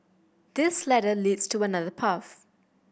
this ladder leads to another path